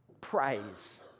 praise